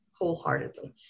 wholeheartedly